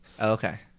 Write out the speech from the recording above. Okay